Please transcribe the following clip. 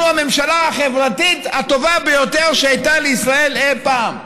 אנחנו הממשלה החברתית הטובה ביותר שהייתה לישראל אי פעם,